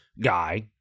guy